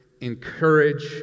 Encourage